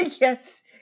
Yes